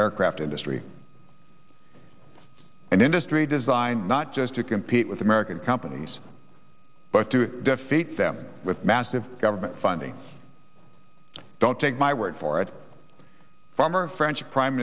aircraft industry and industry designed not just to compete with american companies but to defeat them with massive government funding don't take my word for it former french prime